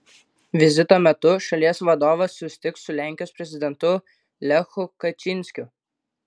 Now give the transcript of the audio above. vizito metu šalies vadovas susitiks su lenkijos prezidentu lechu kačynskiu